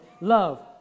Love